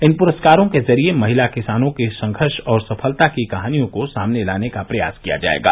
इन पुरस्कारों के जरिए महिला किसानों के संघर्ष और सफलता की कहानियों को सामने लाने का प्रयास किया जाएगा